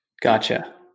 gotcha